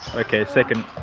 okay second,